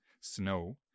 snow